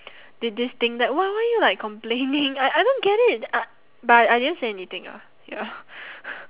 thi~ this thing that why why are you like complaining I I don't get it uh but I didn't say anything ah ya